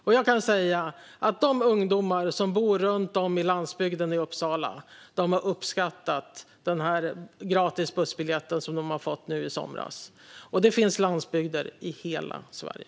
Jag kan även säga att de ungdomar som bor runt om på landsbygden i Uppsala har uppskattat den gratis bussbiljett som de fick i somras. Och det finns landsbygd i hela Sverige.